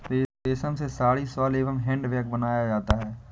रेश्म से साड़ी, शॉल एंव हैंड बैग बनाया जाता है